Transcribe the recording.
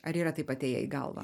ar yra taip atėję į galvą